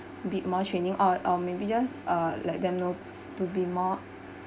bit more training oh or maybe just uh let them know to be more